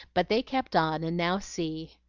but they kept on, and now see!